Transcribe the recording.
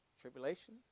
Tribulation